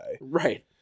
Right